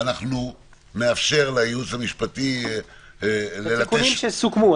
ונאפשר לייעוץ המשפטי ללטש -- התיקונים שסוכמו.